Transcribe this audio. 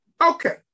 Okay